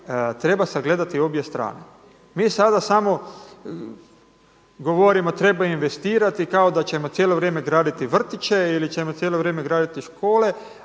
treba sagledati obje strane. Mi sada samo govorimo treba investirati kao da ćemo cijelo vrijeme graditi vrtiće ili ćemo cijelo vrijeme graditi škole,